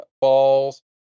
balls